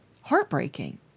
heartbreaking